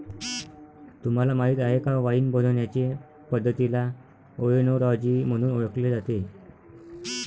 तुम्हाला माहीत आहे का वाइन बनवण्याचे पद्धतीला ओएनोलॉजी म्हणून ओळखले जाते